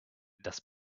das